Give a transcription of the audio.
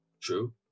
True